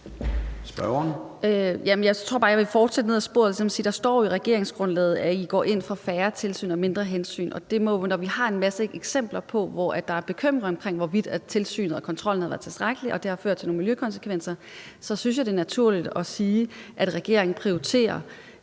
Jeg tror, jeg vil fortsætte ned ad det spor. Der står i regeringsgrundlaget, at I går ind for færre tilsyn og mindre hensyn. Og når vi har en masse eksempler på, at der er bekymring omkring, hvorvidt tilsynet og kontrollen har været tilstrækkelig, og at det så har fået konsekvenser for miljøet, så synes jeg, det er naturligt at sige, at regeringen nedprioriterer